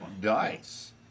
Dice